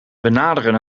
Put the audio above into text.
naderen